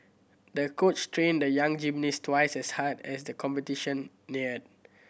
the coach trained the young gymnast twice as hard as the competition neared